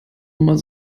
immer